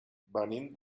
venim